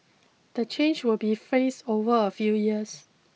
the change will be phased over a few years